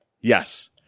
Yes